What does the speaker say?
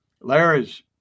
larry's